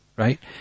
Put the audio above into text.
Right